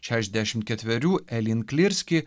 šešiasdešim ketverių elin klirski